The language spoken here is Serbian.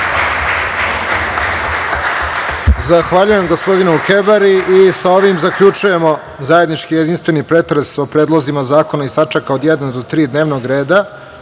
Zahvaljujem, gospodine Kebara. Sa ovim zaključujemo zajednički jedinstveni pretres o predlozima zakona iz tačka od jedan do tri dnevnog